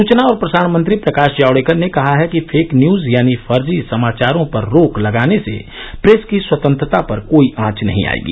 सूचना और प्रसारण मंत्री प्रकाश जावड़ेकर ने कहा है कि फेक न्यूज यानी फर्जी समाचारों पर रोक लगाने से प्रेस की स्वतंत्रता पर कोई आंच नहीं आएगी